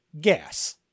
Gas